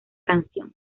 canción